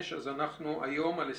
והיום?